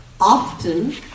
often